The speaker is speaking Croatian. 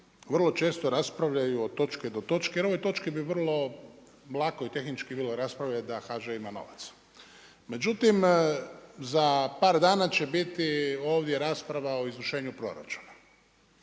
vrlo često raspravljaju od točke do točke, jer o ovoj točki bi vrlo lako i tehnički bilo raspravljati da HŽ ima novac. Međutim, za par dana će ovdje biti rasprava o izvršenju proračuna.